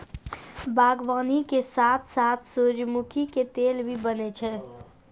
बागवानी के साथॅ साथॅ सूरजमुखी के तेल भी बनै छै